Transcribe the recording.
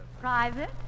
Private